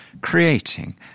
creating